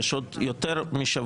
כי יש עוד יותר משבוע.